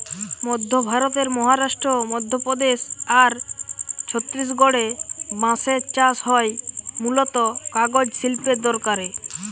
মধ্য ভারতের মহারাষ্ট্র, মধ্যপ্রদেশ আর ছত্তিশগড়ে বাঁশের চাষ হয় মূলতঃ কাগজ শিল্পের দরকারে